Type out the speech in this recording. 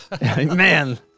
Man